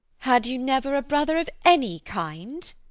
had you never a brother of any kind?